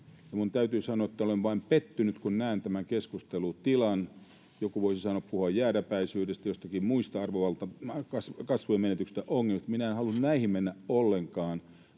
Minun täytyy sanoa, että olen vain pettynyt, kun näen tämän keskustelun tilan. Joku voisi puhua jääräpäisyydestä tai jostakin muusta, arvovaltaongelmista tai kasvojen menetyksestä, mutta minä en halua näihin mennä ollenkaan,